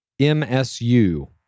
MSU